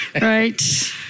right